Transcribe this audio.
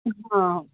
ହଁ